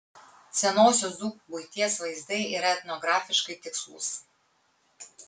senosios dzūkų buities vaizdai yra etnografiškai tikslūs